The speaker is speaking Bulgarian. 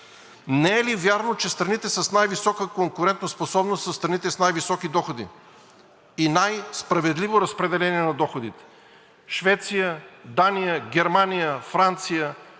Не е ли вярно, че страните с най-висока конкурентоспособност са страните с най-високи доходи и най-справедливо разпределение на доходите? Швеция, Дания, Германия, Франция,